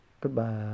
goodbye